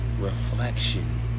reflection